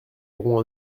aurons